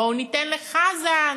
בואו ניתן לחזן,